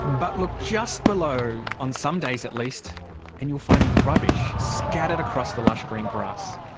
but look just below on some days at least and you'll find rubbish scattered across the lush green grass.